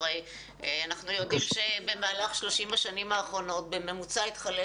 הרי אנחנו יודעים שבמהלך 30 השנים האחרונות בממוצע התחלף